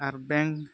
ᱟᱨ bank